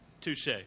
Touche